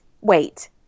wait